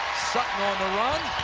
sutton on the run.